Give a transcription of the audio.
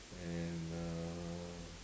and uh